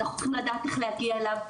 אנחנו צריכים לדעת איך להגיע אליו.